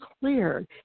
clear